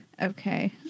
Okay